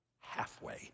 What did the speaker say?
halfway